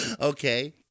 Okay